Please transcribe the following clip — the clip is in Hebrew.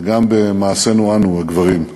גם במעשינו אנו הגברים.